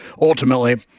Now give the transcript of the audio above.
ultimately